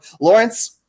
Lawrence